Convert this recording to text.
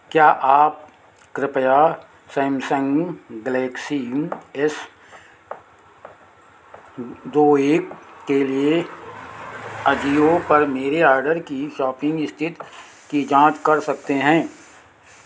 क्या आप कृपया सैमसंग गैलेक्सी एस दो एक के लिए अजियो पर मेरे ऑर्डर की शपिंग स्थिति की जांच कर सकते हैं